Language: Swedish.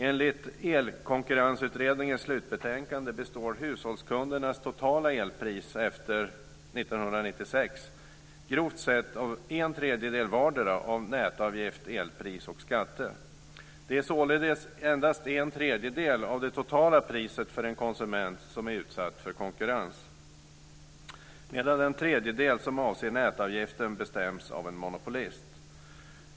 Enligt Elkonkurrensutredningens slutbetänkande består hushållskundernas totala elpris efter 1996 grovt sett av en tredjedel vardera av nätavgift, elpris och skatter. Det är således endast en tredjedel av det totala priset för en konsument som är utsatt för konkurrens, medan den tredjedel som avser nätavgiften bestäms av en monopolist.